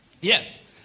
Yes